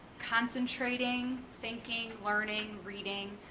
concentrating, thinking, learning, reading,